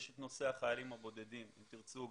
יש את נושא החיילים הבודדים ואם תרצו,